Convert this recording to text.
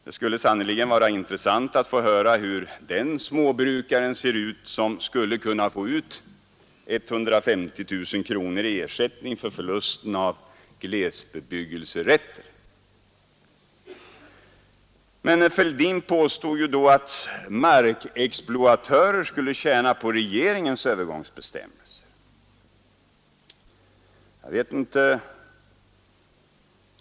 Det skulle sannerligen vara intressant att få veta hur den småbrukaren ser ut som skulle kunna få ut 150 000 kronor i ersättning för förlusten av glesbebyggelserätter. Herr Fälldin påstod att markexploatörer skulle tjäna på regeringens övergångsbestämmelser.